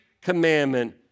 commandment